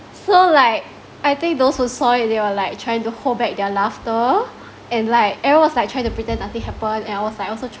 so like I think those who saw it they were like trying to hold back their laughter and like everyone was like try to pretend nothing happen and I was like also trying